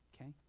okay